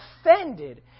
offended